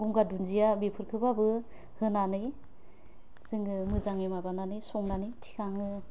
गंगार दुन्दिया बेफोरखोबाबो होनानै जोङो मोजाङै माबानानै संनानै थिखाङो